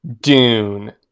Dune